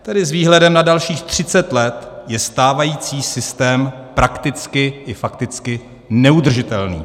Tedy s výhledem na dalších třicet let je stávající systém prakticky i fakticky neudržitelný.